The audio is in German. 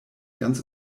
ganz